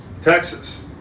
Texas